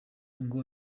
ngo